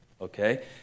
okay